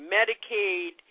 Medicaid